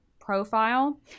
profile